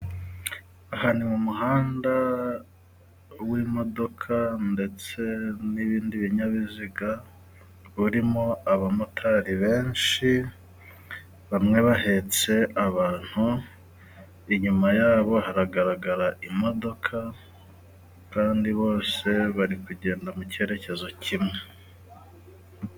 Aha ni mu muhanda w'imodoka ndetse n'ibindi binyabiziga urimo abamotari benshi bamwe bahetse abantu inyuma yabo hagaragara imodoka kandi bose bari kugenda mu cyerekezo kimwe.